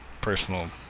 personal